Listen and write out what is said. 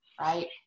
right